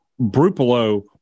Brupolo